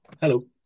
Hello